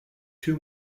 two